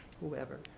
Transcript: whoever